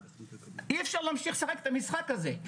אי אפשר להמשיך ולשחק את המשחק הזה.